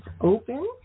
open